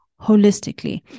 holistically